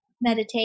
Meditate